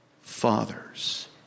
Fathers